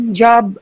job